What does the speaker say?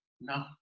no